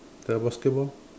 the basketball